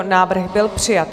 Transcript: Návrh byl přijat.